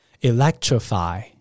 Electrify